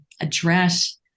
address